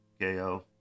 KO